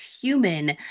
human